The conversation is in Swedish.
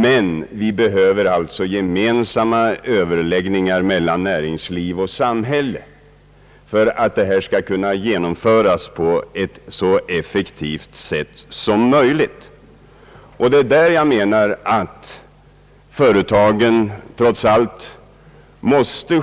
Men vi behöver gemensamma Ööverläggningar mellan näringsliv och samhälle för att denna rationalisering skall kunna genomföras på ett så effektivt sätt som möjligt. Jag menar att företagen trots allt själva måste